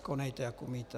Konejte, jak umíte.